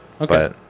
Okay